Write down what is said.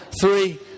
three